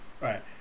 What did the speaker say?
Right